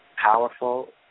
powerful